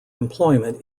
employment